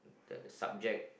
the the subject